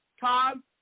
Tom